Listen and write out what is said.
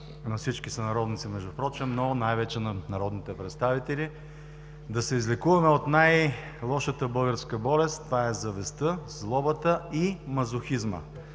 на всички сънародници впрочем, но най-вече на народните представители, да се излекуваме от най-лошата българска болест. Това е завистта, злобата и мазохизма,